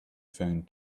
found